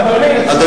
אתה צודק.